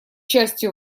частью